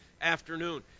afternoon